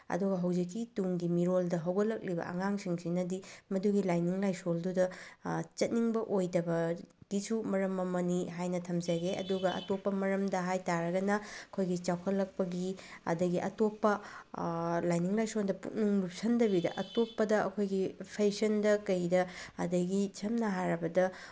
ꯑꯗꯨꯒ ꯍꯧꯖꯤꯛꯀꯤ ꯇꯨꯡꯒꯤ ꯃꯤꯔꯣꯜꯗ ꯍꯧꯒꯠꯂꯛꯂꯤꯕ ꯑꯉꯥꯡꯁꯤꯡꯁꯤꯅꯗꯤ ꯃꯗꯨꯒꯤ ꯂꯥꯏꯅꯤꯡ ꯂꯥꯏꯁꯣꯜꯗꯨꯗ ꯆꯠꯅꯤꯡꯕ ꯑꯣꯏꯗꯕꯒꯤꯁꯨ ꯃꯔꯝ ꯑꯃꯅꯤ ꯍꯥꯏꯅ ꯊꯝꯖꯒꯦ ꯑꯗꯨꯒ ꯑꯇꯣꯞꯄ ꯃꯔꯝꯗ ꯍꯥꯏ ꯇꯥꯔꯒꯅ ꯑꯩꯈꯣꯏꯒꯤ ꯆꯥꯎꯈꯠꯂꯛꯄꯒꯤ ꯑꯗꯒꯤ ꯑꯇꯣꯞꯄ ꯂꯥꯏꯅꯤꯡ ꯂꯥꯏꯁꯣꯜꯗ ꯄꯨꯛꯅꯤꯡ ꯂꯨꯞꯁꯟꯗꯕꯤꯗ ꯑꯇꯣꯞꯄꯗ ꯑꯩꯈꯣꯏꯒꯤ ꯐꯦꯁꯟꯗ ꯀꯩꯗ ꯑꯗꯒꯤ ꯁꯝꯅ ꯍꯥꯏꯔꯕꯗ